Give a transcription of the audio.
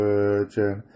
Virgin